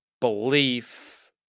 belief